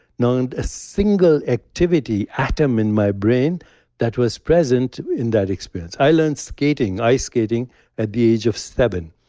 not a single activity atom in my brain that was present in that experience. i learned skating, ice skating at the age of seven.